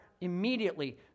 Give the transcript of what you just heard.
immediately